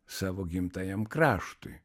savo gimtajam kraštui